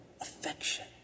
affection